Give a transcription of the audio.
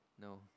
No